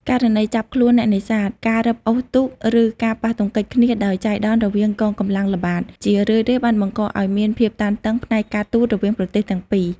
ករណីចាប់ខ្លួនអ្នកនេសាទ ការរឹបអូសទូក ឬការប៉ះទង្គិចគ្នាដោយចៃដន្យរវាងកងកម្លាំងល្បាត ជារឿយៗបានបង្កឱ្យមានភាពតានតឹងផ្នែកការទូតរវាងប្រទេសទាំងពីរ។